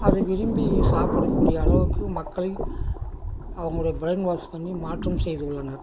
அது விரும்பி சாப்பிடக்கூடிய அளவுக்கு மக்களை அவங்கள ப்ரைன்வாஷ் பண்ணி மாற்றம் செய்துள்ளனர்